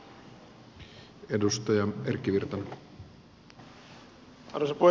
arvoisa puhemies